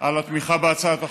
על התמיכה בהצעת החוק,